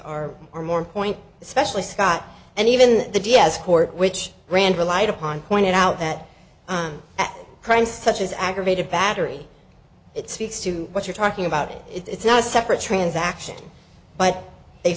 are are more point especially scott and even the diaz court which ran relied upon pointed out that crimes such as aggravated battery it speaks to what you're talking about it's not a separate transaction but they